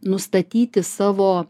nustatyti savo